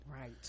right